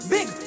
Big